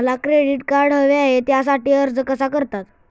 मला credit card हवे आहे त्यासाठी अर्ज कसा करतात?